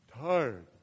Tired